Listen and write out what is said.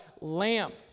Lamp